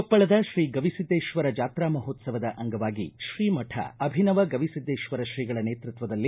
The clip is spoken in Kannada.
ಕೊಪ್ಪಳದ ಶ್ರೀ ಗವಿಸಿದ್ದೇಶ್ವರ ಜಾತ್ರಾ ಮಹೋತ್ಸವದ ಅಂಗವಾಗಿ ಶ್ರೀ ಮಠ ಅಭಿನವ ಗವಿಸಿದ್ದೇಶ್ವರ ಶ್ರೀಗಳ ನೇತೃತ್ವದಲ್ಲಿ